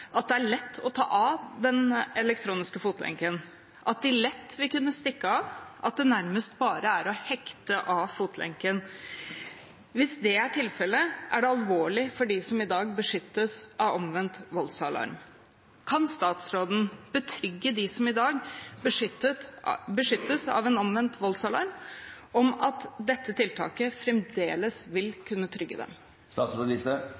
at det er lett å ta av seg den elektroniske fotlenken, at man lett vil kunne stikke av – at det nærmest bare er å hekte av fotlenken. Hvis det er tilfellet, er det alvorlig for dem som i dag beskyttes av omvendt voldsalarm. Kan statsråden betrygge dem som i dag beskyttes av en omvendt voldsalarm, om at dette tiltaket fremdeles